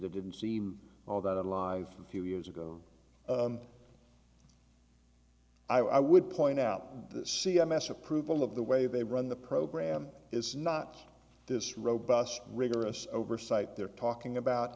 that didn't seem all that alive few years ago i would point out the c m s approval of the way they run the program is not this robust rigorous oversight they're talking about